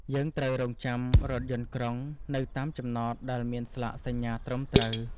យើងត្រូវរង់ចាំរថយន្តក្រុងនៅតាមចំណតដែលមានស្លាកសញ្ញាត្រឹមត្រូវ។